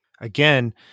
Again